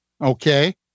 okay